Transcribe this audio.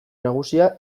nagusia